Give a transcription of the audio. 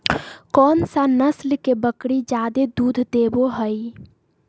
कौन सा नस्ल के बकरी जादे दूध देबो हइ?